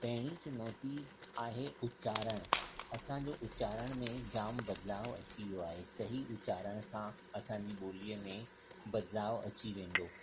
पहिरी चुनौती आहे उचारण असांजो उचारण में जाम बदिलाव अची वियो आहे सही उचारण सां असांजी ॿोलीअ में बदिलाव अची वेंदो